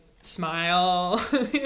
smile